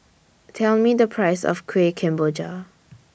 Tell Me The Price of Kueh Kemboja